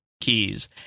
keys